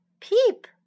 peep